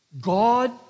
God